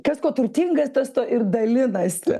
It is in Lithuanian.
kas kuo turtingas tas tuo ir dalinasi